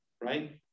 right